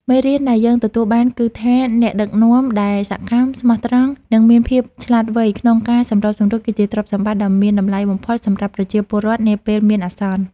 មេរៀនដែលយើងទទួលបានគឺថា អ្នកដឹកនាំដែលសកម្ម ស្មោះត្រង់ និងមានភាពឆ្លាតវៃក្នុងការសម្របសម្រួល គឺជាទ្រព្យសម្បត្តិដ៏មានតម្លៃបំផុតសម្រាប់ប្រជាពលរដ្ឋនាពេលមានអាសន្ន។